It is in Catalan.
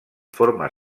forma